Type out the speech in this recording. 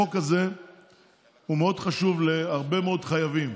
החוק הזה מאוד חשוב להרבה מאוד חייבים,